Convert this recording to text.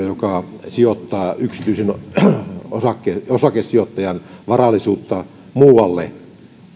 joka sijoittaa yksityisen osakesijoittajan varallisuutta muualle